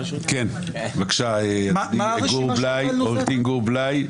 בבקשה, עו"ד גור בליי.